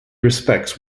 respects